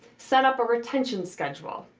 set up a retention schedule.